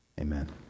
Amen